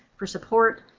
for support,